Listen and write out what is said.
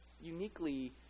uniquely